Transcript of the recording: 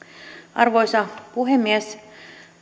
arvoisa puhemies